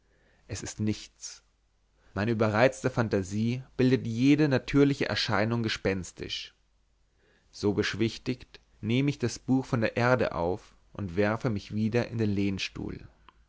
es ist nichts meine überreizte fantasie bildet jede natürliche erscheinung gespenstisch so beschwichtigt nehme ich das buch von der erde auf und werfe mich wieder in den lehnstuhl